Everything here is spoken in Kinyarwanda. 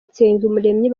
nsengumuremyi